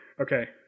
okay